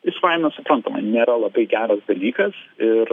tai savaime suprantama nėra labai geras dalykas ir